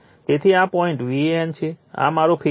તેથી આ point VAN છે આ મારો ફેઝ વોલ્ટેજ છે